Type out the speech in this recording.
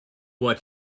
what